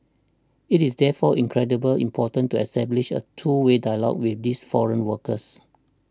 it is therefore incredible important to establish a two way dialogue with these foreign workers